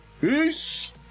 Peace